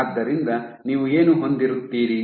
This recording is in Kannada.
ಆದ್ದರಿಂದ ನೀವು ಏನು ಹೊಂದಿರುತ್ತೀರಿ